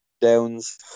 Downs